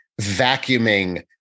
vacuuming